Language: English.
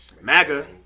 MAGA